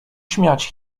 śmiać